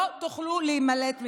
לא תוכלו להימלט ממנה,